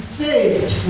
saved